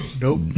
Nope